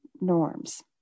norms